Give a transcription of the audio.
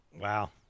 Wow